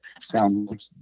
sound